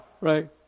Right